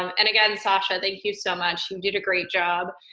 um and again, sasha, thank you so much. you did a great job.